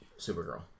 Supergirl